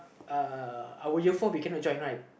uh we cannot join right